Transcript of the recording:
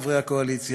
חברי חברי הקואליציה,